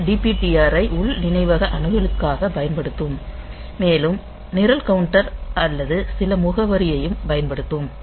இது DPTR ஐப் உள் நினைவக அணுகலுக்காக பயன்படுத்தும் மேலும் நிரல் கவுண்டர் அல்லது சில முகவரியையும் பயன்படுத்தும்